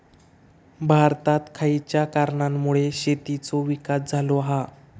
भारतात खयच्या कारणांमुळे शेतीचो विकास झालो हा?